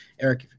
Eric